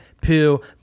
pill